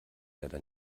leider